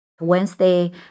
Wednesday